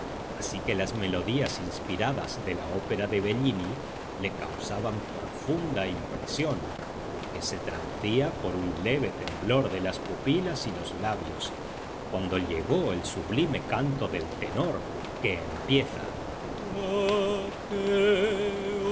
así que las melodías inspiradas de la ópera de bellini le causaban profunda impresión que se traducía por un leve temblor de las pupilas y los labios cuando llegó el sublime canto del tenor que empieza